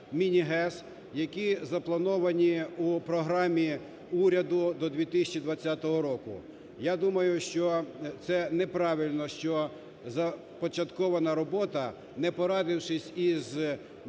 міні-ГЕС, які заплановані у програмі уряду до 2020 року. Я думаю, що це неправильно, що започаткована робота, не порадившись із